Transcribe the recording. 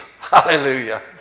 Hallelujah